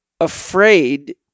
afraid